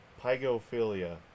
pygophilia